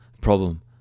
Problem